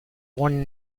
born